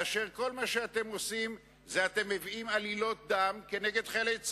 וכל מה שאתם עושים זה מביאים עלילות דם נגד חיילי צה"ל,